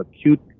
acute